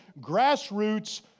grassroots